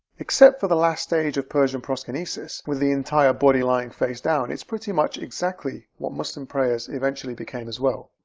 except for the last stage of persian proskynesis with the entire body lying faced down, it's pretty much exactly what muslim prayers eventually became as well.